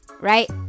Right